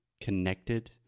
connected